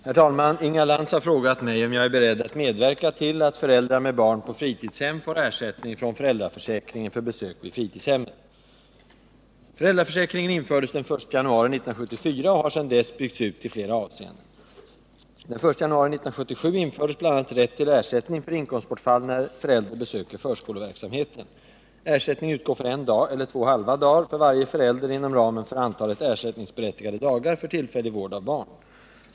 Herr talman! Inga Lantz har frågat mig om jag är beredd att medverka till att föräldrar med barn på fritidshem får ersättning från föräldraförsäkringen för besök vid fritidshemmet. Föräldraförsäkringen infördes den 1 januari 1974 och har sedan dess byggts ut i flera avseenden. Den 1 januari 1977 infördes bl.a. rätt till ersättning för inkomstbortfall när förälder besöker förskoleverksamheten. Ersättning utgår för en dag eller två halva dagar för varje förälder inom ramen för antalet ersättningsberättigade dagar för tillfällig vård av barn.